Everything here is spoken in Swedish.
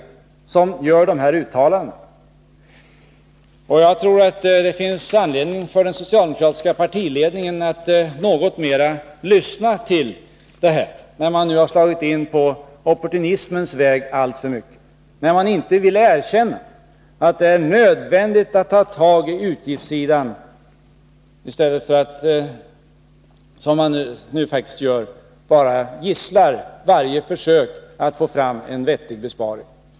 Jag tror att det finns anledning för den socialdemokratiska partiledningen att något mera lyssna till dem, när man nu alltför mycket har slagit in på opportunismens väg, när man inte vill erkänna att det är nödvändigt att ta tag i utgiftssidan utan i stället — som man nu faktiskt gör — bara gisslar varje försök att åstadkomma en vettig besparing.